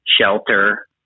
shelter